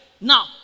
Now